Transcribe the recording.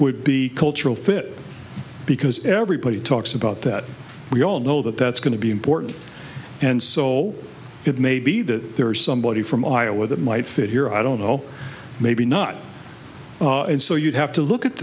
would be cultural fit because everybody talks about that we all know that that's going to be important and so it may be that there are somebody from iowa that might fit here i don't know maybe not and so you'd have to look at